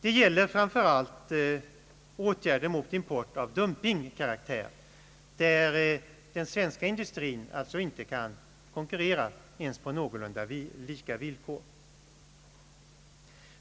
Det gäller framför allt åtgärder mot import av dumpingkaraktär, där den svenska industrin alltså inte kan konkurrera ens på någorlunda lika villkor.